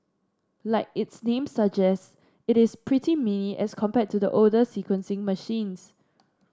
like its name suggests it is pretty mini as compared to the older sequencing machines